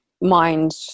mind